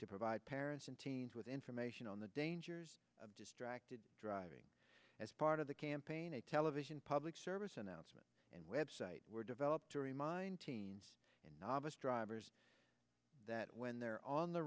to provide parents and teens with information on the dangers of distracted driving as part of the campaign a television public service announcement and web we're developed to remind teens and novice drivers that when they're on the